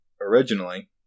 originally